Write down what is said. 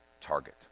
target